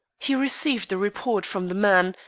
he received a report from the man,